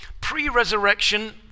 pre-resurrection